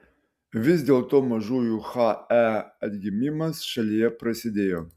vis dėlto mažųjų he atgimimas šalyje prasidėjo